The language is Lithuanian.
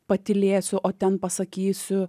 patylėsiu o ten pasakysiu